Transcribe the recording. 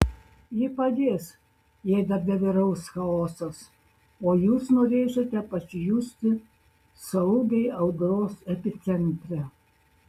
ji padės jei darbe vyraus chaosas o jūs norėsite pasijusti saugiai audros epicentre